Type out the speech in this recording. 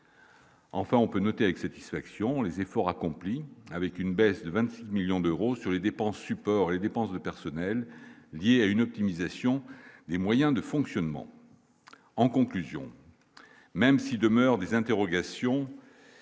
Enfin, on peut noter avec satisfaction les efforts accomplis avec une baisse de 27 millions d'euros sur les dépenses support, les dépenses de personnel lié à une optimisation des moyens de fonctionnement en conclusion, même s'il demeurent des interrogations